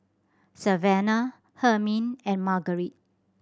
Savanah Hermine and Margarite